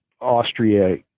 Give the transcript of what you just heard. Austria